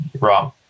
wrong